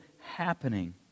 happening